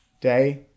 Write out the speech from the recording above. Day